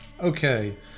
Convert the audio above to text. Okay